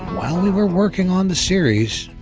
while we were working on the series,